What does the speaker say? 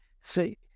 see